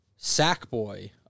Sackboy